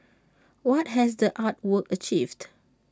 what has the art work achieved